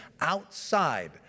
outside